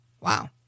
Wow